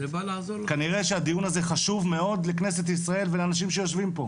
כנראה שהדיון הזה חשוב מאוד לכנסת ישראל ולאנשים שיושבים פה.